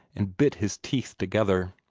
and bit his teeth together.